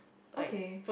okay